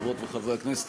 חברות וחברי הכנסת,